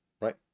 right